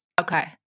Okay